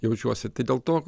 jaučiuosi tai dėl to